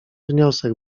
wniosek